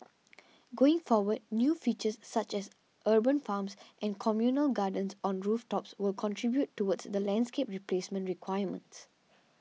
going forward new features such as urban farms and communal gardens on rooftops will contribute towards the landscape replacement requirements